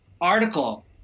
article